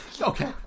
Okay